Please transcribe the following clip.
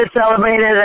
celebrated